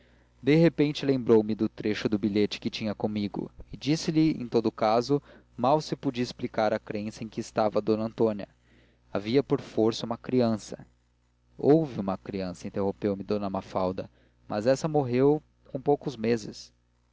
de repente lembrou-me do trecho do bilhete que tinha comigo e disse-lhe que em todo caso mal se podia explicar a crença em que estava d antônia havia por força uma criança houve uma criança interrompeu me d mafalda mas essa morreu com poucos meses